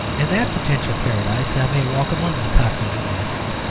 in that potential paradise i may walk among the cockney humourists,